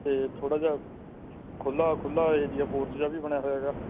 ਅਤੇ ਥੋੜ੍ਹਾ ਜਿਹਾ ਖੁੱਲ੍ਹਾ ਖੁੱਲ੍ਹਾ ਏਰੀਆ ਜਿਹਾ ਵੀ ਬਣਿਆ ਹੋਇਆ ਹੈਗਾ